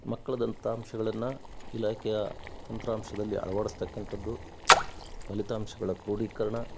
ಮಕ್ಕಳ ದತ್ತಾಂಶಗ್ಳನ್ನು ಇಲಾಖೆಯ ತಂತ್ರಾಂಶದಲ್ಲಿ ಅಳವಡ್ಸತಕ್ಕಂಥದ್ದು ಫಲಿತಾಂಶಗಳ ಕ್ರೋಡೀಕರಣ